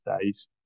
days